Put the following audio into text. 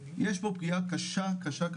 יש פה פגיעה קשה מאוד.